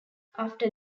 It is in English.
after